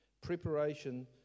Preparation